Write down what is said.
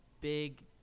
big